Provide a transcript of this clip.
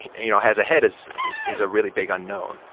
you know, has ahead is is a really big unknown.